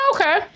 okay